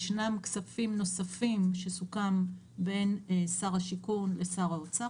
יש כספים נוספים שיוקצו שסוכם עליהם בין שר השיכון לשר האוצר,